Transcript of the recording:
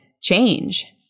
change